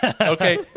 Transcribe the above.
okay